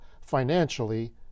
financially